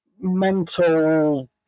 mental